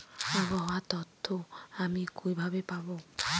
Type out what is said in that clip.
আবহাওয়ার তথ্য আমি কিভাবে পাবো?